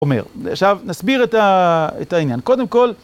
עכשיו נסביר את העניין, קודם כל